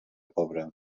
pobra